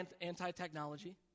anti-technology